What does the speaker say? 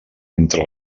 entre